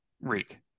Reek